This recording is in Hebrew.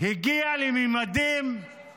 הגיע לממדים שהם